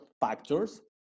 factors